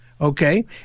okay